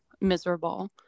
Miserable